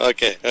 Okay